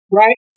right